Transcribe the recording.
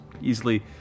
easily